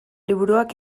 liburuak